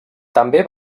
també